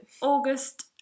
august